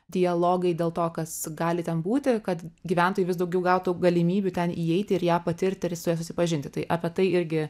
dialogai dėl to kas gali ten būti kad gyventojai vis daugiau gautų galimybių ten įeiti ir ją patirti ir su ja susipažinti tai apie tai irgi